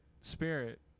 Spirit